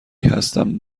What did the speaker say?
هستم